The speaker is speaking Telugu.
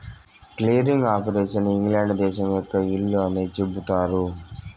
క్లియరింగ్ ఆపరేషన్ ఇంగ్లాండ్ దేశం యొక్క ఇల్లు అని చెబుతారు